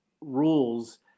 rules